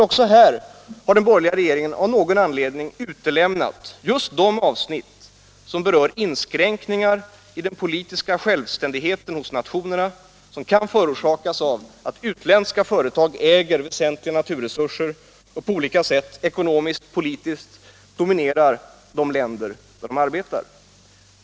Också här har den borgerliga regeringen av någon anledning utelämnat just de avsnitt som berör inskränkningar i den politiska självständigheten hos nationerna som kan förorsakas av att utländska företag äger väsentliga naturresurser och på olika sätt ekonomiskt-politiskt dominerar de länder där de arbetar.